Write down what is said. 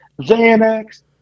Xanax